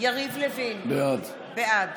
יריב לוין, בעד